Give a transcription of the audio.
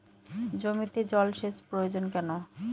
জমিতে জল সেচ প্রয়োজন কেন?